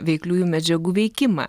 veikliųjų medžiagų veikimą